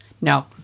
no